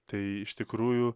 tai iš tikrųjų